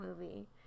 movie